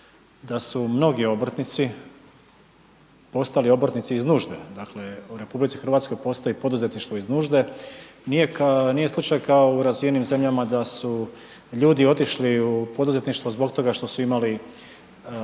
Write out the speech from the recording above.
da su mnogi obrtnici postali obrtnici iz nužde, dakle u RH postoji poduzetništvo iz nužde. Nije slučaj kao u razvijenim zemljama da su ljudi otišli u poduzetništvo zbog toga što su imali